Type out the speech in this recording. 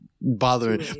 Bothering